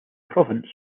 province